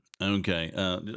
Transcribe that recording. Okay